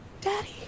daddy